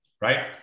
Right